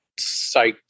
psyched